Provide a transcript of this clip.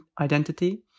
identity